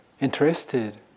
interested